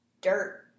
Dirt